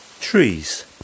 trees